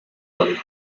college